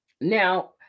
Now